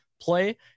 play